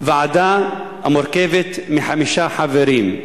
ועדה המורכבת מחמישה חברים,